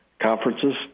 conferences